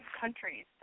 countries